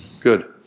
Good